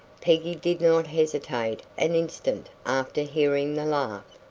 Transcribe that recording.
peggy did not hesitate an instant after hearing the laugh.